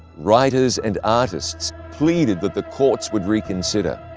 writers and artists pleaded that the courts would reconsider.